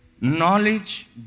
knowledge